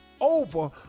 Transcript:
over